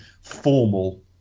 formal